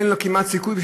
אין כמעט סיכוי,